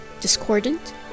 discordant